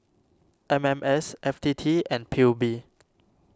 M M S F T T and P U B